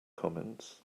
comments